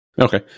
Okay